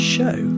Show